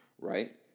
right